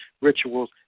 rituals